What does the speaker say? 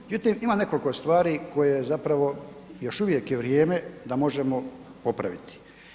Međutim, imam nekoliko stvari koje zapravo još uvijek je vrijeme da možemo popraviti.